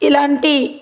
ఇలాంటి